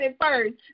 first